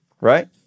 right